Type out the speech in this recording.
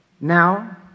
Now